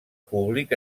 públic